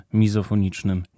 mizofonicznym